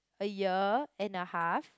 a year and a half